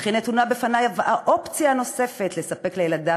ונתונה בפניו האופציה הנוספת לספק לילדיו